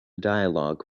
dialog